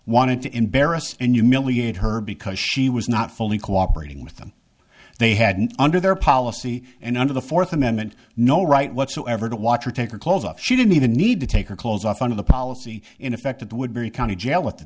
wanted to embarrass and humiliate her because she was not fully cooperating with them they had under their policy and under the fourth amendment no right whatsoever to watch her take her clothes off she didn't even need to take her clothes off under the policy in effect that would be the county jail at the